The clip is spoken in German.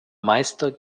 meister